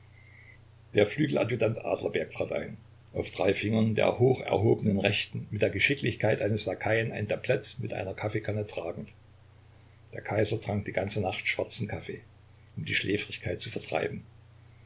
der flügeladjutant adlerberg trat ein auf drei fingern der hocherhobenen rechten mit der geschicklichkeit eines lakaien ein tablett mit einer kaffeekanne tragend der kaiser trank die ganze nacht schwarzen kaffee um die schläfrigkeit zu vertreiben